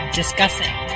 discussing